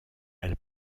elle